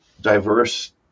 diverse